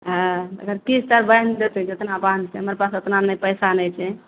हँ एकर किस्त आर बान्हि देतय जेतना बान्हतय हमरा पास उतना नहि पैसा नहि छै